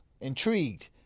intrigued